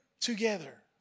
together